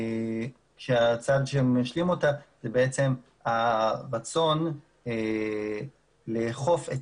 שהצעד שמשלים אותה הוא הרצון לאכוף את